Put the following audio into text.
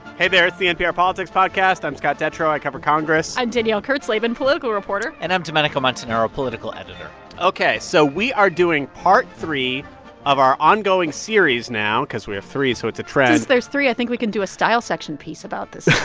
hey there. it's the npr politics podcast. i'm scott detrow. i cover congress i'm danielle kurtzleben, political reporter and i'm domenico montanaro, political editor ok, so we are doing part three of our ongoing series now because we have three, so it's a trend there's three. i think we can do a style section piece about this now.